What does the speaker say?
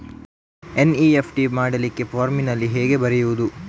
NEFT ಮಾಡ್ಲಿಕ್ಕೆ ಫಾರ್ಮಿನಲ್ಲಿ ಹೇಗೆ ಬರೆಯುವುದು?